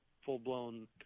full-blown